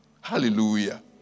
Hallelujah